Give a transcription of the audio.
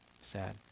sad